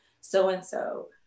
so-and-so